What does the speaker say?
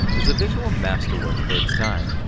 is a visual masterwork for its time.